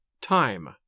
time